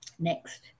Next